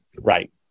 Right